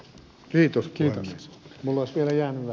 minulla jäi vielä vähäsen